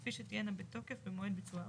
כפי שתהיינה בתוקף במועד ביצוע העבודה.